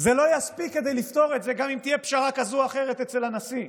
זה לא יספיק כדי לפתור את זה גם אם תהיה פשרה כזאת או אחרת אצל הנשיא.